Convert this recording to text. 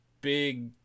big